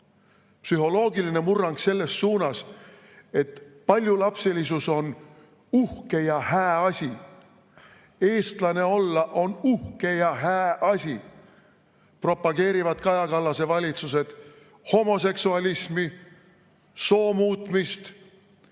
psühholoogiline murrang selles suunas, et paljulapselisus on uhke ja hää asi, eestlane olla on uhke ja hää asi, propageerivad Kaja Kallase valitsused homoseksualismi, soomuutmist,